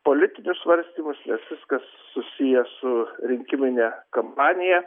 politinius svarstymus nes viskas susiję su rinkimine kampanija